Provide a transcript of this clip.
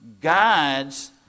guides